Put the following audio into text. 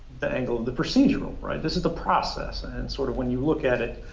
the angle of the procedural, right, this is the process and sort of when you look at it,